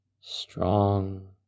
strong